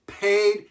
Paid